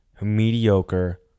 mediocre